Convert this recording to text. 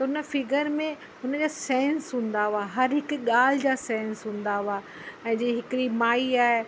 त हुन फिगर में हुन जा सेंस हूंदा हुवा हर हिकु ॻाल्हि जा सेंस हूंदा हुआ ऐं जीअं हिकड़ी माई आहे